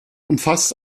umfasst